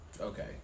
Okay